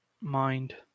mind